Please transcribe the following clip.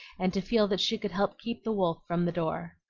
and to feel that she could help keep the wolf from the door.